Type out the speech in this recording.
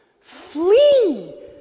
Flee